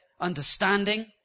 understanding